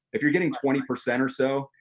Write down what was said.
if you're getting twenty percent or so,